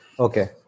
Okay